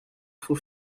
faut